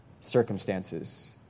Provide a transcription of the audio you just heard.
circumstances